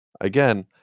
Again